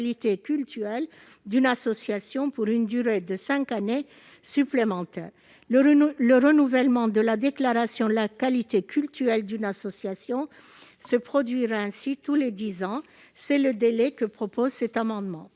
culturelle d'une association pour une durée de cinq années supplémentaires. Le renouvellement de la déclaration de la qualité culturelle d'une association se produira ainsi tous les dix ans. C'est le délai que nous proposons